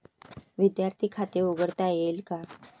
विद्यार्थी खाते उघडता येईल का?